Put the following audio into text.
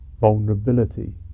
vulnerability